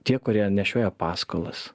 tie kurie nešioja paskalas